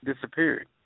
disappeared